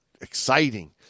exciting